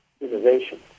innovation